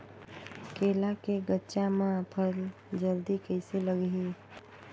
केला के गचा मां फल जल्दी कइसे लगही?